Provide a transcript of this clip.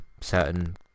certain